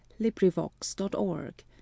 LibriVox.org